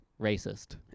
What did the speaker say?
racist